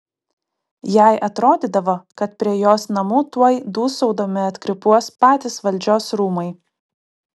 jai atrodydavo kad prie jos namų tuoj dūsaudami atkrypuos patys valdžios rūmai